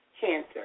cancer